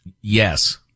Yes